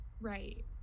right